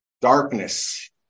darkness